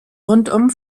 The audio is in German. rundum